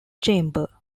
chamber